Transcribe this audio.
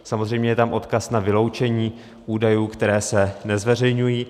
Samozřejmě je tam odkaz na vyloučení údajů, které se nezveřejňují.